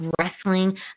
wrestling